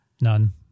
None